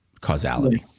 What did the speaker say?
causality